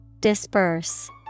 Disperse